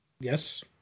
Yes